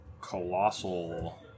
colossal